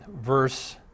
verse